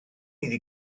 iddi